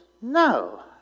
No